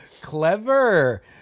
Clever